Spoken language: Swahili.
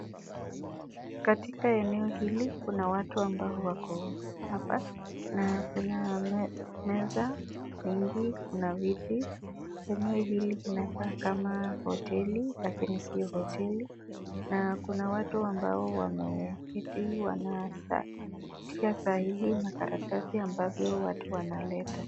Katika eneo hili kuna watu ambao wako hapa na kuna meza mingi kuna viti, eneo hili kunakaa kama hoteli lakini sio hoteli na kuna watu ambao wanaanatia sahihi makaratasi ambayo watu wanaleta.